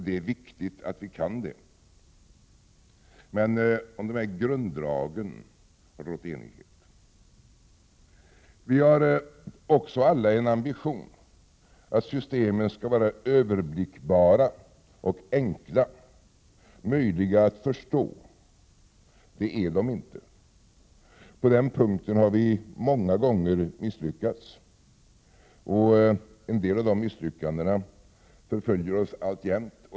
Det är viktigt att vi kan göra det. Om grunddragen råder emellertid enighet. Vi har också alla en ambition att systemen skall vara överblickbara och enkla. De skall vara möjliga att förstå. Det är de inte. På den punkten har vi misslyckats många gånger, och en del av de misslyckandena förföljer oss alltjämt.